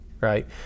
right